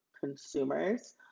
consumers